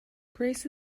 grace